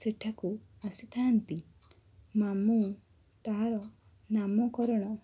ସେଠାକୁ ଆସିଥାନ୍ତି ମାମୁଁ ତାର ନାମକରଣ